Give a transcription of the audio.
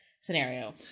scenario